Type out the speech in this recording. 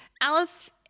alice